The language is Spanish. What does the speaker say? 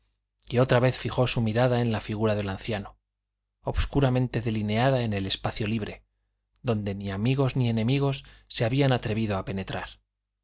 y otra vez fijó su mirada en la figura del anciano obscuramente delineada en el espacio libre donde ni amigos ni enemigos se habían atrevido a penetrar